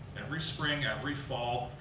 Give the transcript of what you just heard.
every spring, every fall,